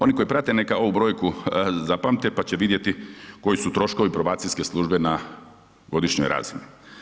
Oni koji prate neka ovu brojku zapamte pa će vidjeti koji su troškovi probacijske službe na godišnjoj razini.